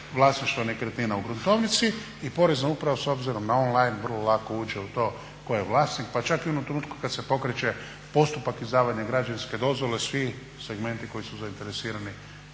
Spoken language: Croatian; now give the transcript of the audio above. vlasništvo nekretnina u gruntovnici i Porezna uprava s obzirom na on line vrlo lako uđe u to tko je vlasnik pa čak i u onom trenutku kada se pokreće postupak izdavanja građevinske dozvole, svi segmenti koji su zainteresirani